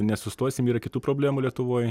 nesustosim yra kitų problemų lietuvoj